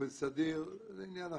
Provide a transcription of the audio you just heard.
באופן סדיר זה עניין אחר,